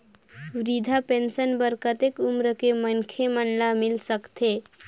वृद्धा पेंशन बर कतेक उम्र के मनखे मन ल मिल सकथे?